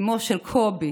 אימו של קובי,